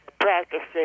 practicing